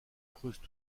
creusent